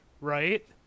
Right